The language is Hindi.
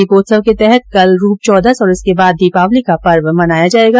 दीपोत्सव के तहत कल रूप चौदस और इसके बाद दीपावली का पर्व मनाया जायेगा